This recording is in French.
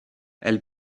elle